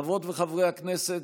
חברות וחברי הכנסת,